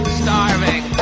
starving